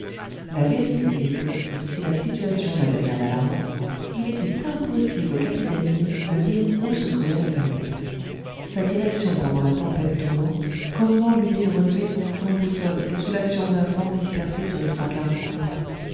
la vérité est que si la situation n'avait rien d'alarmant il était impossible au capitaine yin de dire où se trouvait la samyep sa direction pendant la tempête tournante comment l'eût-il relevée sans boussole et sous l'action d'un vent dispersé sur les trois quarts du compas